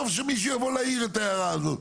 טוב שמישהו יבוא להעיר את ההערה הזאת.